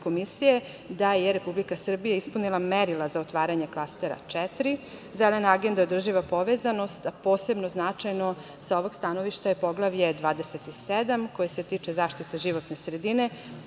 da je Republika Srbija ispunila merila za otvaranje Klastera 4, zelena agenda održiva povezanost, a posebno značajno sa ovog stanovišta je Poglavlje 27, koje se tiče zaštite životne sredine